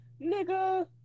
nigga